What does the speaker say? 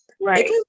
right